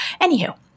Anywho